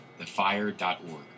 thefire.org